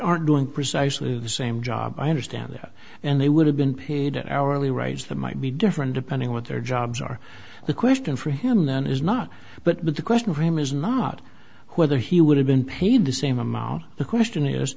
aren't doing precisely the same job i understand that and they would have been paid hourly rates that might be different depending what their jobs are the question for him then is not but the question rahm is not whether he would have been paid the same amount the question is